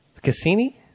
Cassini